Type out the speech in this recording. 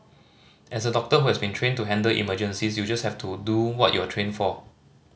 as a doctor who has been trained to handle emergencies you just have to do what you are trained for